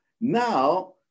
now